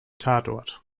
tatort